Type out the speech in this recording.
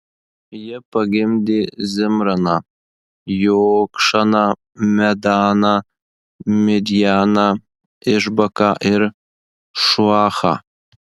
ji pagimdė zimraną jokšaną medaną midjaną išbaką ir šuachą